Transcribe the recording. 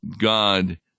God